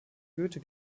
goethe